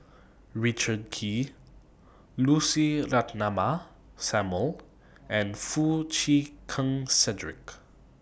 Richard Kee Lucy Ratnammah Samuel and Foo Chee Keng Cedric